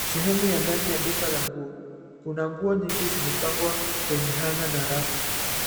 Sehemu ya ndani ya duka la nguo, kuna nguo nyingi zimepangwa kwenye hanger na rafu.